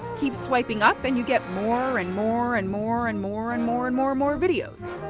keep swiping up and you get more and more and more and more and more and more and more videos.